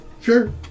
Sure